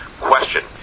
question